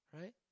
right